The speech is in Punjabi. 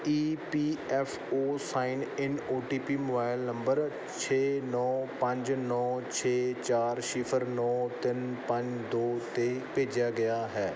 E P F O sign in O T P mobile number ਛੇ ਨੌਂ ਪੰਜ ਨੌਂ ਛੇ ਚਾਰ ਸਿਫ਼ਰ ਨੌਂ ਤਿੰਨ ਪੰਜ ਦੋ 'ਤੇ ਭੇਜਿਆ ਗਿਆ ਹੈ